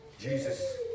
Jesus